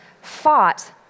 fought